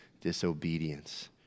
disobedience